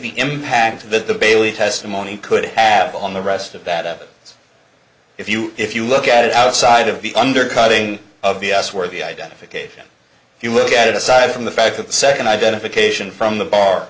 the impact that the bailey testimony could have on the rest of that if you if you look at it outside of the undercutting of the us where the identification if you look at it aside from the fact that the second identification from the bar